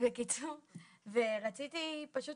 פשוט